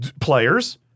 Players